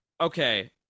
okay